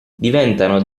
diventano